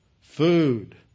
food